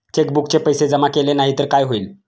चेकबुकचे पैसे जमा केले नाही तर काय होईल?